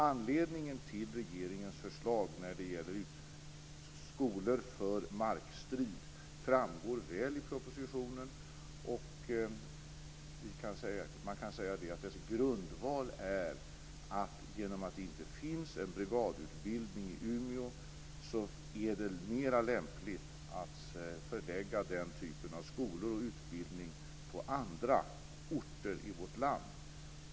Anledningen till regeringens förslag när det gäller skolor för markstrid framgår väl i propositionen. Man kan säga att dess grundval är att eftersom det inte finns en brigadutbildning i Umeå är det mera lämpligt att förlägga den typen av skolor och utbildning till andra orter i vårt land.